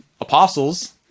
apostles